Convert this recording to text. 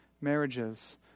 marriages